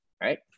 right